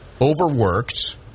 overworked